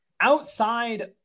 outside